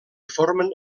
formen